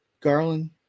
Garland